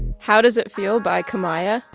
how does it feel by kamaiyah.